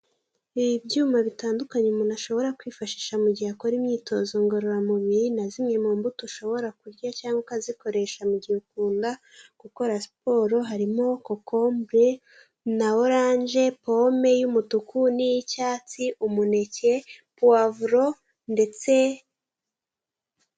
Ibyuma bitandukanye umuntu ashobora kwifashisha mugihe akora imyitozo ngororamubiri, na zimwe mu mbuto ushobora kurya cyangwa ukazikoresha mugihe ukunda gukora siporo harimo, kokombure na oranje, pome y'umutuku n'iy'icyatsi, umuneke, pavuro ndetse,